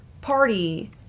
party